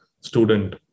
student